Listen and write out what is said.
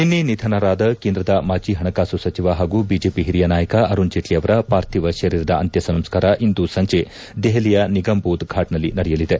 ನಿನ್ನೆ ನಿಧನರಾದ ಕೇಂದ್ರದ ಮಾಜಿ ಹಣಕಾಸು ಸಚಿವ ಹಾಗೂ ಬಿಜೆಪಿ ಹಿರಿಯ ನಾಯಕ ಅರುಣ್ ಜೇಟ್ಲಿ ಅವರ ಪಾರ್ಥಿವ ಶರೀರದ ಅಂತ್ಯಸಂಸ್ಕಾರ ಇಂದು ದೆಹಲಿಯ ನಿಗಮ್ಬೋಧ್ ಫಾಟ್ನಲ್ಲಿ ನಡೆಯಲಿದೆ